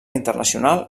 internacional